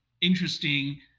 interesting